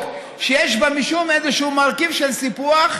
שיש בה משום איזשהו מרכיב של סיפוח,